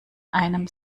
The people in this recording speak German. einem